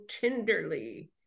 tenderly